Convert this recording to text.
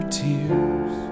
tears